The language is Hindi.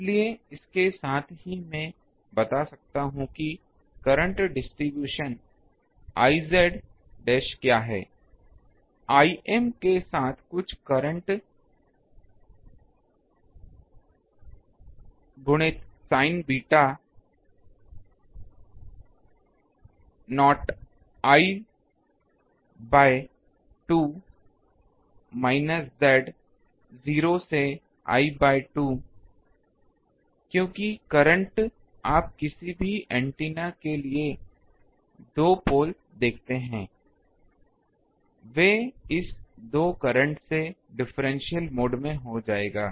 इसलिए इसके साथ ही मैं यह बता सकता हूं कि करंट डिस्ट्रीब्यूशन I डैश क्या है Im के साथ कुछ कांस्टेंट गुणित साइन बीटा नॉट I द्वारा 2 z 0 से I2 क्योंकि करंट आप किसी भी एंटेना के लिए 2 पोल देखते हैं वे इस 2 करंट से डिफरेंशियल मोड्स में हो जाएगा